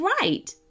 right